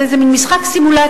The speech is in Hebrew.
זה איזה מין משחק סימולציה.